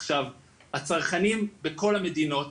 עכשיו הצרכנים בכל המדינות,